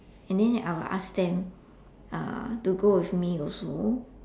and then I will ask them uh to go with me also